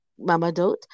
mamadot